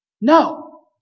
no